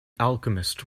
alchemist